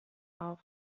auf